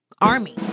army